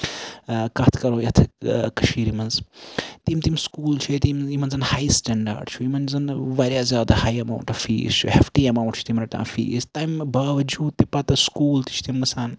کَتھ کرو یَتھ کٔشیٖرِ منٛز تِم تِم سکوٗل چھِ ییٚتہِ یِمن زَن ہاے سٹینڈاڈ چھُ یِمن زَن واریاہ زیادٕ ہاے ایماوُنٹ آف فیٖس چھُ ہیٚفٹی ایماوُنٹ چھِ رَٹان تِم فیٖس تَمہِ باؤجوٗد تہٕ پَتہٕ سکوٗل تہِ چھِ تِم گژھان